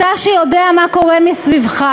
אתה שיודע מה קורה מסביבך,